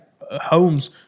homes